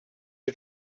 are